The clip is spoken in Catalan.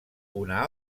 una